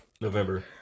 November